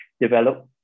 develop